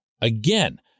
again